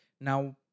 now